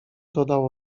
dodał